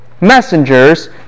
messengers